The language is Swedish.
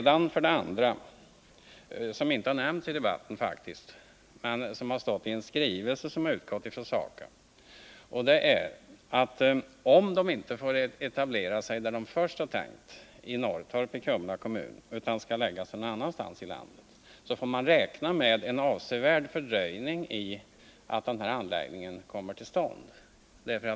Jag vill för det andra peka på något som inte har nämnts i debatten men som har redovisats i en skrivelse från SAKAB. Om SAKAB inte får etablera sin centrala behandlingsanläggning på den plats som man tänkt sig, nämligen på fastigheten Norrtorp i Kumla kommun, utan måste förlägga denna anläggning någon annanstans i landet, får man räkna med en avsevärd fördröjning i arbetet på att få till stånd denna.